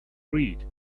read